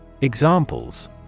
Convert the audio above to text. Examples